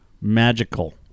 magical